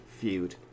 feud